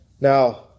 Now